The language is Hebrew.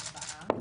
ארבעה.